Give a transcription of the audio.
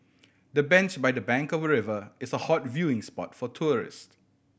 the bench by the bank of river is a hot viewing spot for tourist